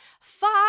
five